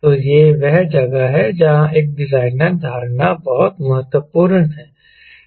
तो यह वह जगह है जहाँ एक डिजाइनर धारणा बहुत महत्वपूर्ण है